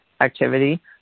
activity